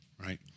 right